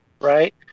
right